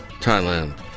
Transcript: Thailand